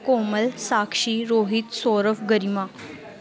Komal Sakshi Rohit Saurav Garima